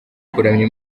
kuramya